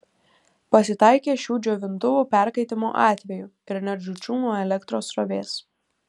pasitaikė šių džiovintuvų perkaitimo atvejų ir net žūčių nuo elektros srovės